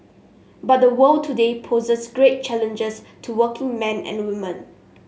but the world today poses special challenges to working men and women